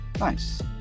nice